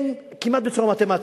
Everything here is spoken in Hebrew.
כמעט בצורה מתמטית.